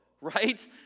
right